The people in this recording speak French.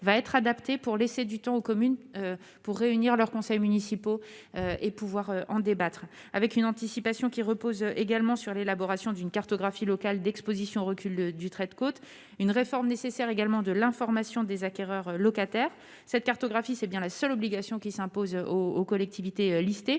va être adapté pour laisser du temps aux communes pour réunir leurs conseils municipaux et pouvoir en débattre avec une anticipation qui repose également sur l'élaboration d'une cartographie locale d'Exposition au recul du trait de côte, une réforme nécessaire également de l'information des acquéreurs locataires cette cartographie, c'est bien la seule obligation qui s'impose aux collectivités listés